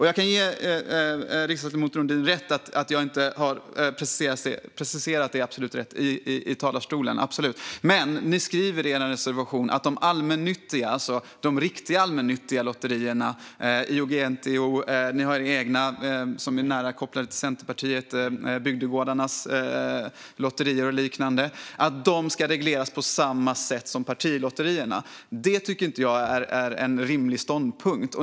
Jag kan ge riksdagsledamoten Nordin rätt i att jag inte preciserade detta absolut rätt i talarstolen. Men ni skriver i er reservation att de allmännyttiga, alltså de riktiga allmännyttiga, lotterierna - som IOGT-NTO, era egna som är nära kopplade till Centerpartiet, Bygdegårdarnas Riksförbunds lotterier, och liknande - ska regleras på samma sätt som partilotterierna. Det tycker inte jag är en rimlig ståndpunkt.